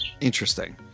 interesting